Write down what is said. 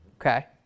Okay